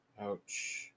Ouch